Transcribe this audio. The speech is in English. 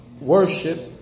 worship